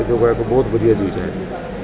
ਅਤੇ ਯੋਗਾ ਇੱਕ ਬਹੁਤ ਵਧੀਆ ਚੀਜ਼ ਹੈ